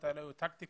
ה-400 האלה היו טקטיקה